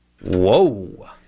Whoa